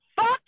fuck